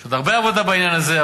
יש עוד הרבה עבודה בעניין הזה,